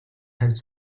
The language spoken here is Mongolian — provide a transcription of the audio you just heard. тавьж